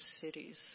cities